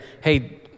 Hey